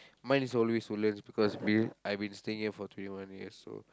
mine is always Woodlands because b~ I've been staying here for twenty one years so